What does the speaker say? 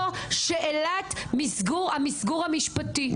פה שאלת המסגור המשפטי.